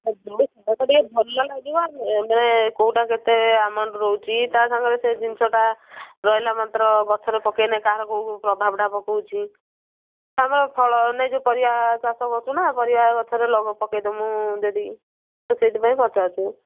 ଭଲ ଲାଗିବ ମାନେ କୋଉଟା କେତେ ଏମାଉଣ୍ଟ୍ ରହୁଛି ତା ସାଙ୍ଗରେ ସେ ଜିନଷଟା ରହିଲା ମାତ୍ର ଗଛରେ ପକେଇଲେ କାହାର କୋଉ ପ୍ରଭାବଟା ପକାଉଛି ଆମେ ଫଳ ନା ଏଇ ଯୋଉ ପରିବା ଚାଷ କରୁଛୁ ନା ପରିବା ଗଛରେ ପକେଇ ଦେବୁ ଯଦି ସେଥିପାଇଁ ପଚାରୁଛି